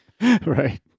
Right